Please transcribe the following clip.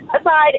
aside